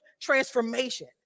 transformation